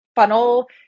Funnel